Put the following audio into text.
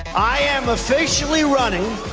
i am officially running,